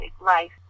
life